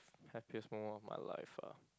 happiest moment of my life ah